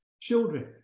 children